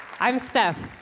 i'm steph.